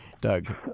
Doug